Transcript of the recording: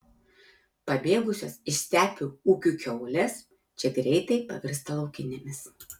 pabėgusios iš stepių ūkių kiaulės čia greitai pavirsta laukinėmis